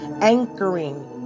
anchoring